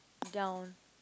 down